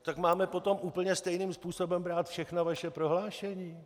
Tak máme potom úplně stejným způsobem brát všechna vaše prohlášení?